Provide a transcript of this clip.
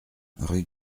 rue